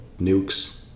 nukes